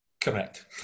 Correct